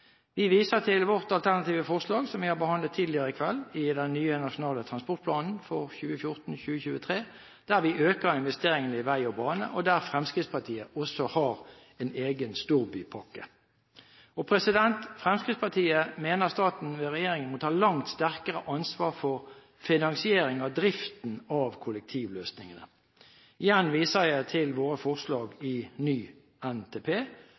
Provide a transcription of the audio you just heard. Vi viser til vårt alternative forslag, som er behandlet tidligere i dag i forbindelse med Nasjonal transportplan for 2014–2023, der vi øker investeringene for vei og bane, og der Fremskrittspartiet også har en egen storbypakke. Fremskrittspartiet mener staten ved regjeringen må ta langt større ansvar for finansiering av driften av kollektivløsningene. Igjen viser jeg til våre forslag i ny NTP